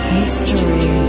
History